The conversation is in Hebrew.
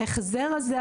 בהחזר הזה,